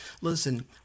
listen